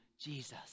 Jesus